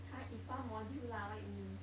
!huh! is one module lah what you mean